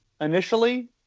initially